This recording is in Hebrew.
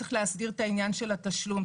צריך להסדיר את העניין של התשלום,